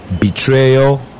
Betrayal